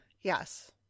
yes